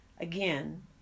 again